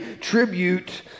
tribute